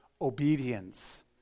Obedience